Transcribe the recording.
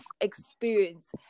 experience